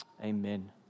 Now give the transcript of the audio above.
Amen